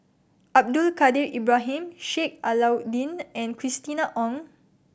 Abdul Kadir Ibrahim Sheik Alau'ddin and Christina Ong